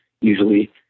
usually